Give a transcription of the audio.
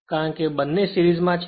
કારણ કે બંને સિરીજ માં છે